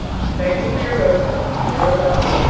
thank you for your rosebuds. they were lovely.